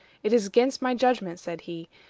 it is against my judgment, said he,